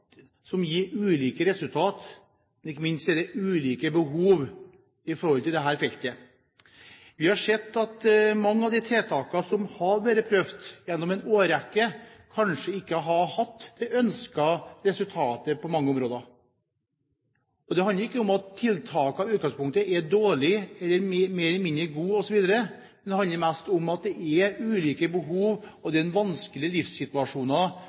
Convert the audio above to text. gir ulike resultater, og ikke minst er det ulike behov på dette feltet. Vi har sett at mange av de tiltakene som har vært prøvd gjennom en årrekke, kanskje ikke har hatt de ønskede resultater på mange områder. Det handler ikke om at tiltakene i utgangspunktet er dårlige eller mer eller mindre gode osv. Det handler mest om at det er ulike behov, og det er vanskelige livssituasjoner både enkeltmennesker og familier er